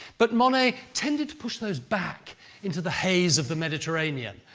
but monet tended to push those back into the haze of the mediterranean.